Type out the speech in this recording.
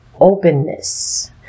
openness